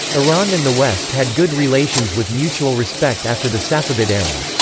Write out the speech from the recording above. iran and the west had good relations with mutual respect after the safavid era.